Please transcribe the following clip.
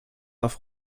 auf